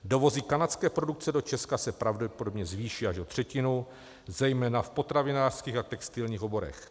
Dovozy kanadské produkce do Česka se pravděpodobně zvýší až o třetinu, zejména v potravinářských a textilních oborech.